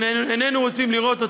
ואיננו רוצים לראות אותם,